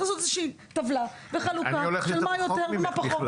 אז צריך לעשות איזושהי טבלה וחלוקה של מה יותר ומה פחות.